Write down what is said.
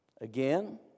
Again